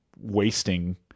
wasting